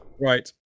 right